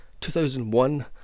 2001